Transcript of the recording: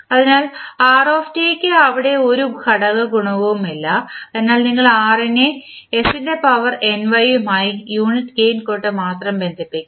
അതിനാൽ r ക്ക് അവിടെ ഒരു ഘടക ഗുണകവും ഇല്ല അതിനാൽ നിങ്ങൾ r നെ s ൻറെ പവർ ny യുമായി യൂണിറ്റ് ഗേയിൻ കൊണ്ട് മാത്രം ബന്ധിപ്പിക്കും